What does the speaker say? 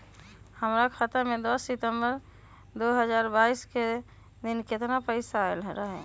हमरा खाता में दस सितंबर दो हजार बाईस के दिन केतना पैसा अयलक रहे?